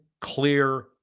clear